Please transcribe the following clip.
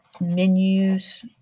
menus